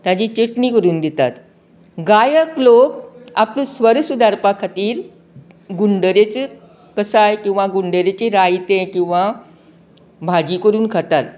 ताजी चेटणी करून दितात गायक लोक आपलो स्वर सुधारपा खातीर गुंडरेची कसाय किंवा गुडरेंचें रायतें किंवा भाजी करून खातात